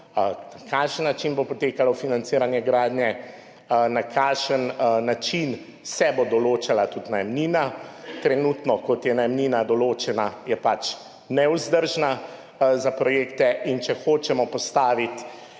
na kakšen način bo potekalo financiranje gradnje, na kakšen način se bo določala tudi najemnina. Trenutno, kot je najemnina določena, je pač nevzdržna za projekte in če hočemo postaviti